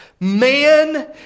Man